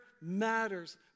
matters